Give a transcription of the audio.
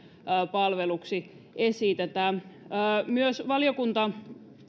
palveluksi esitetä myös valiokunta